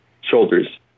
shoulders